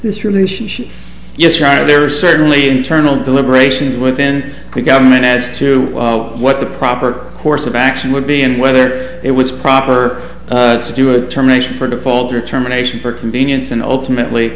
this relationship yes right there are certainly internal deliberations within the government as to what the proper course of action would be and whether it was proper to do it terminations for default or terminations for convenience and ultimately